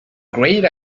great